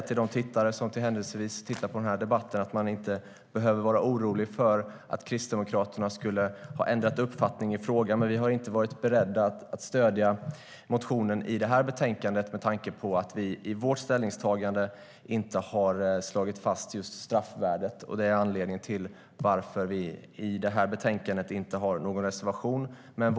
Till dem som händelsevis tittar på den här debatten kan jag säga att de inte behöver vara oroliga för att Kristdemokraterna skulle ha ändrat uppfattning i frågan. Vi har inte varit beredda att stödja motionen i det här betänkandet med tanke på att vi i vårt ställningstagande inte har slagit fast just straffvärdet, och det är anledningen till att vi i det här betänkandet inte har någon reservation.